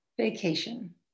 vacation